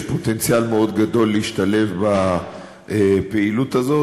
פוטנציאל מאוד גדול להשתלב בפעילות הזאת,